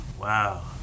Wow